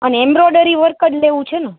અને embroidery work જ લેવું છે ને